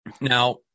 Now